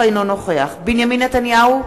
אינו נוכח בנימין נתניהו,